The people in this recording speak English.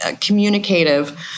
communicative